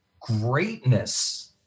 greatness